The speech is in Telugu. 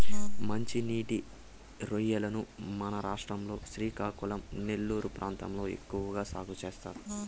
మంచి నీటి రొయ్యలను మన రాష్ట్రం లో శ్రీకాకుళం, నెల్లూరు ప్రాంతాలలో ఎక్కువ సాగు చేస్తారు